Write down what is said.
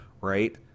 right